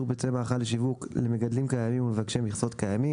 ביצי מאכל לשיווק למגדלים קיימים ולמבקשי מכסות חדשים,